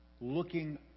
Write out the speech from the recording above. looking